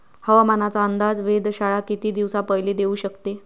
हवामानाचा अंदाज वेधशाळा किती दिवसा पयले देऊ शकते?